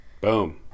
Boom